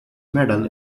medal